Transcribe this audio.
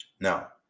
Now